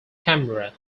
camera